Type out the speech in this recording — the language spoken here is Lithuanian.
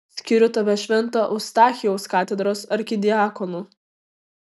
skiriu tave švento eustachijaus katedros arkidiakonu